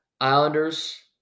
Islanders